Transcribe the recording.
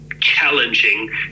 challenging